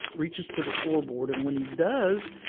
reaches to the floorboard. and when he does,